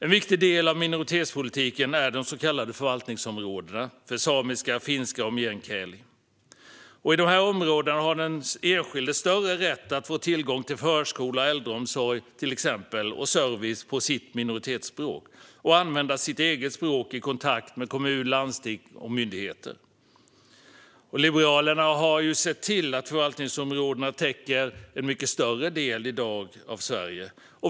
En viktig del av minoritetspolitiken är de så kallade förvaltningsområdena för samiska, finska och meänkieli. I dessa områden har den enskilde större rätt att få tillgång till förskola, äldreomsorg och service på sitt minoritetsspråk och att använda sitt eget språk i kontakt med kommun, landsting eller myndigheter. Liberalerna har sett till att förvaltningsområdena i dag täcker en mycket större del av Sverige.